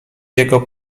jego